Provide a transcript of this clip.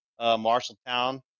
Marshalltown